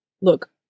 look